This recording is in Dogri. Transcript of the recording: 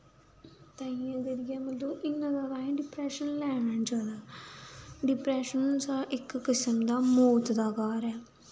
ताइयें करियै मतलब इन्ना जादा असें डिप्रैशन लैना नी चाहिदा डिप्रैशन इक किसम दा मौत दा घर ऐ